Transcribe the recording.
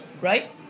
Right